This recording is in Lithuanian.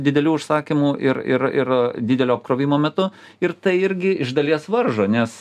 didelių užsakymų ir ir ir didelio apkrovimo metu ir tai irgi iš dalies varžo nes